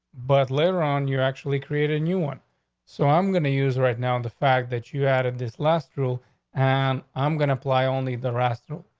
but later on, you're actually creating you want. so i'm going to use right now and the fact that you added this last rule on and i'm going apply only the restaurant.